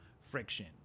friction